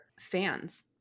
fans